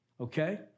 Okay